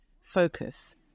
focus